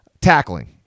Tackling